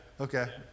Okay